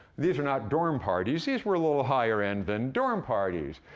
these are not dorm parties. these were a little higher-end than dorm parties.